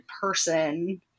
person